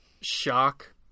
shock